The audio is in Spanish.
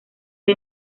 que